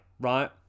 right